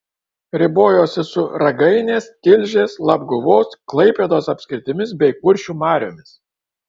ribojosi su ragainės tilžės labguvos klaipėdos apskritimis bei kuršių mariomis